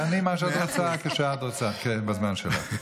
תעני מה שאת רוצה כשאת רוצה, בזמן שלך.